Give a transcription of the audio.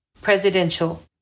presidential